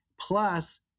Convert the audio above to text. plus